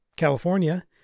California